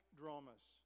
dramas